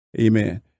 Amen